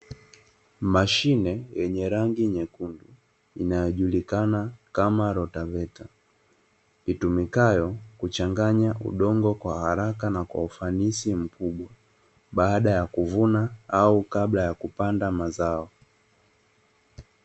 Mashine yenye rangi nyekundu, inayojulikana kama rotaveta, itumikayo kuchanganya udongo kwa hraka na kwa ufanisi mkubwa, baada ya kuvuna au kabla ya kupanda mazao.